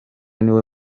niwe